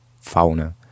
fauna